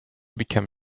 become